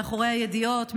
מאחורי הידיעות,